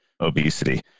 obesity